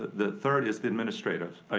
the third is the administrative.